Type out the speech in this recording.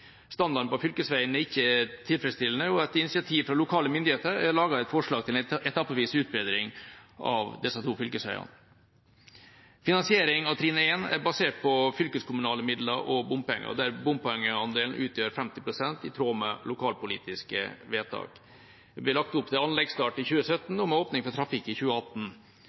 Standarden på fylkesveien er ikke tilfredsstillende, og etter initiativ fra lokale myndigheter er det laget et forslag til en etappevis utbedring av disse to fylkesveiene. Finansiering av trinn 1 er basert på fylkeskommunale midler og bompenger, der bompengeandelen utgjør 50 pst., i tråd med lokalpolitiske vedtak. Det blir lagt opp til anleggsstart i 2017, med åpning for trafikk i